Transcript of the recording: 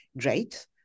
great